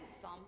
Psalm